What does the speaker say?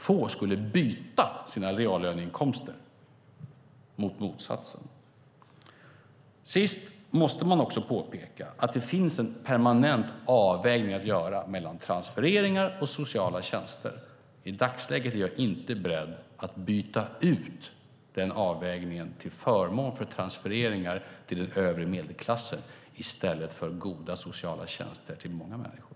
Få skulle byta sina reallöneinkomster mot motsatsen. Till sist måste man också påpeka att det finns en permanent avvägning att göra mellan transfereringar och sociala tjänster. I dagsläget är jag inte beredd att byta ut den avvägningen till förmån för transfereringar till den övre medelklassen i stället för till goda sociala tjänster till många människor.